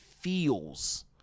feels